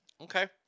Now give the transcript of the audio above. Okay